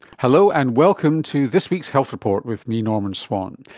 hello, and welcome to this week's health report with me, norman swan.